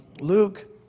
Luke